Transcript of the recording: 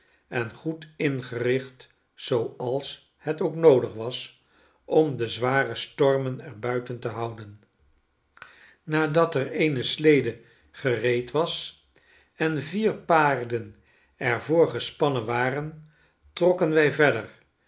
en goed ingericht zooals het ook noodig was om de zware stormen er buiten te houden nadat er eene slede gereed was en vier paarden er voor gespannen waren trokken wij verder